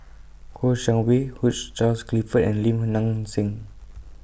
Kouo Shang Wei Hugh Charles Clifford and Lim Nang Seng